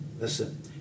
Listen